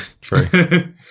True